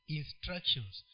instructions